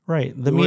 Right